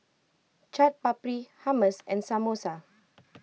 Chaat Papri Hummus and Samosa